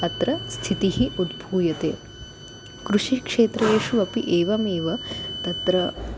अत्र स्थितिः उद्भूयते कृषिक्षेत्रेषु अपि एवमेव तत्र